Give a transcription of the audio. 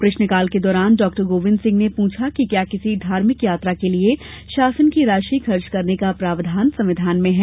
प्रश्नकाल के दौरान डॉ गोविंद सिंह ने पूछा कि क्या किसी धार्मिक यात्रा के लिये शासन की राशि खर्च करने का प्रावधान संविधान में है